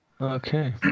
Okay